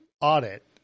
audit